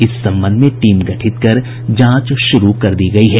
इस संबंध में टीम गठित कर जांच शुरू कर दी गयी है